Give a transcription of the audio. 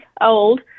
old